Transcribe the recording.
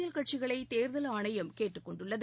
தேர்தல் கட்சிகளைதேர்தல் ஆணையம் கேட்டுக் கொண்டுள்ளது